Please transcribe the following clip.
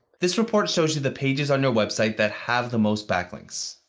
this report shows you the pages on your website that have the most backlinks.